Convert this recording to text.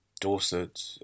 Dorset